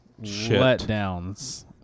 letdowns